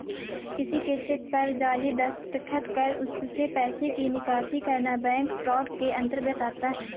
किसी के चेक पर जाली दस्तखत कर उससे पैसे की निकासी करना बैंक फ्रॉड के अंतर्गत आता है